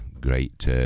great